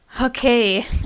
okay